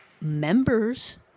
members